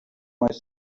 myself